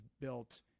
built